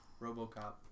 Robocop